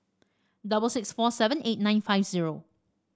double six four seven eight nine five zero